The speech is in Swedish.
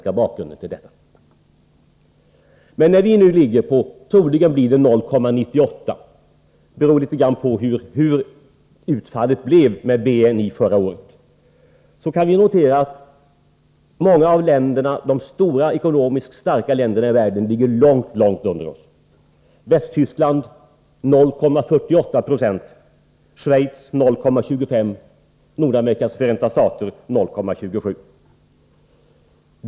Men när vi nu ligger på 0,98 96 — det är den troliga siffran, men det beror litet grand på hur utfallet av BNI förra året blev — kan vi notera att många stora och ekonomiskt starka länder i världen ligger långt under oss: Västtyskland på 0,48 96, Schweiz på 0,25 26 och Nordamerikas förenta stater på 0,27 96.